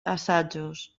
assajos